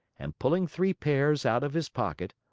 and pulling three pears out of his pocket,